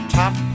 top